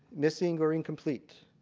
missing or incomplete.